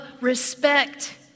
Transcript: respect